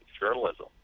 journalism